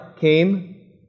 came